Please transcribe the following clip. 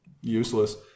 useless